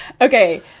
Okay